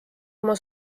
oma